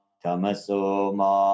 tamasoma